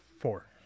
Four